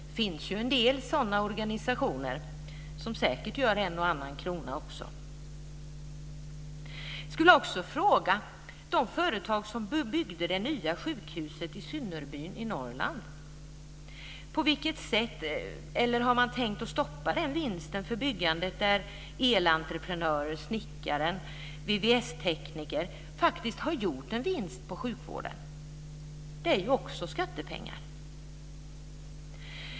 Det finns ju en del sådana organisationer som säkert tjänar en och annan krona. Norrland. Har man tänkt stoppa vinsten för byggandet? Elentreprenörer, snickare, VVS-tekniker har ju faktiskt gjort en vinst på sjukvården? Det är ju också skattepengar.